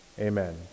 Amen